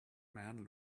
man